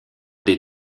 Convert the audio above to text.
des